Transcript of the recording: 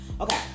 okay